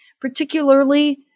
particularly